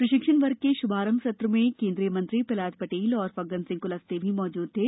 प्रशिक्षण वर्ग के श्भारंभ सत्र में केंद्रीय मंत्री प्रहलाद पटेल और फग्गनसिंह क्लस्ते भी मौजूद थे